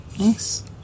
Nice